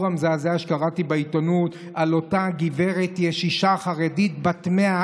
המזעזע שקראתי בעיתונות על אותה גברת קשישה חרדית בת 100,